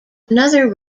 another